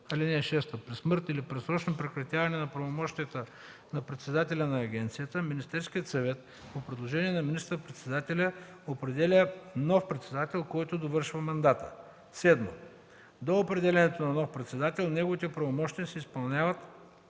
(6) При смърт или предсрочно прекратяване на правомощията на председателя на агенцията Министерският съвет по предложение на министър-председателя определя нов председател, който довършва мандата. (7) До определянето на нов председател неговите правомощия се изпълняват